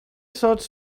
shots